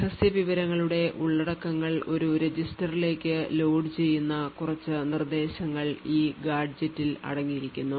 രഹസ്യ വിവരങ്ങളുടെ ഉള്ളടക്കങ്ങൾ ഒരു രജിസ്റ്ററിലേക്ക് load ചെയ്യുന്ന കുറച്ച് നിർദ്ദേശങ്ങൾ ഈ ഗാഡ്ജെറ്റിൽ അടങ്ങിയിരിക്കുന്നു